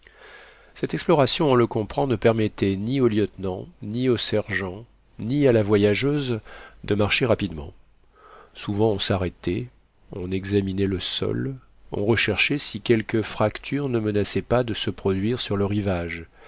cette exploration on le comprend ne permettait ni au lieutenant ni au sergent ni à la voyageuse de marcher rapidement souvent on s'arrêtait on examinait le sol on recherchait si quelque fracture ne menaçait pas de se produire sur le rivage